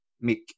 make